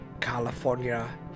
California